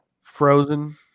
frozen